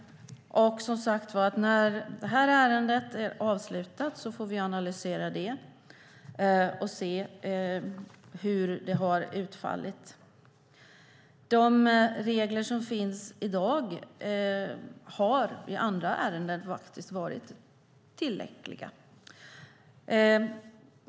Som sagt: När detta ärende är avslutat får vi analysera det och se hur det har utfallit. De regler som finns i dag har i andra ärenden varit tillräckliga.